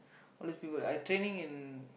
all these people I training in